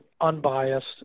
unbiased